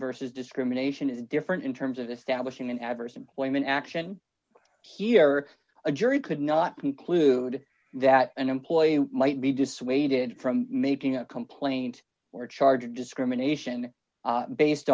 converses discrimination is different in terms of establishing an adverse employment action here or a jury could not conclude that an employee might be dissuaded from making a complaint or charge discrimination based